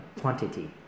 quantity